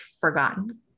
forgotten